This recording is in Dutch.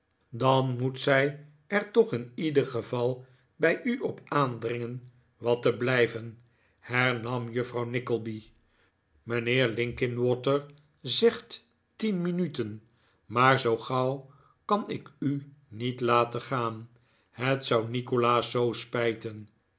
dan moet zij er toch in ieder geval bij u op aandringen wat te blijven hernam juffrouw nickleby mijnheer linkinwater zegt tien minuten maar zoo gauw kan ik u niet laten gaan het zou nikolaas zoo spijten